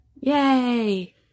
Yay